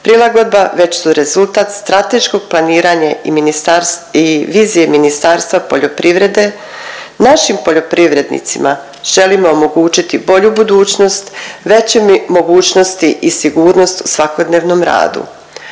prilagodba već su rezultat strateškog planiranja i vizije Ministarstva poljoprivrede. Našim poljoprivrednicima želimo omogućiti bolju budućnost, veće mogućnosti i sigurnost u svakodnevnom radu.